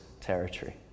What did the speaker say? territory